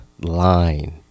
line